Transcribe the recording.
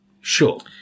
Sure